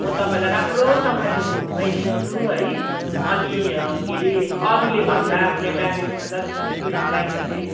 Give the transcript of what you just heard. म तपाईँलाई राम्रोसँगले म घुमाइदिन्छु है अनि के हरे अरूले भन्दा यहाँ दार्जिलिङमा जति पनि टुरिस्ट गाइडहरूले